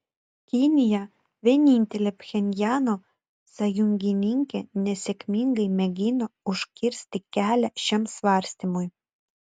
kinija vienintelė pchenjano sąjungininkė nesėkmingai mėgino užkirsti kelią šiam svarstymui